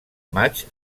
maig